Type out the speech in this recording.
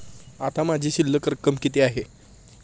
आता माझी शिल्लक रक्कम किती आहे?